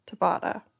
Tabata